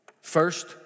first